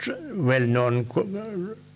well-known